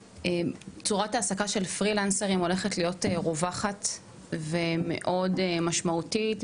צורת ההעסקה של פרי לנסרים הולכת להיות רווחת ומאוד משמעותית,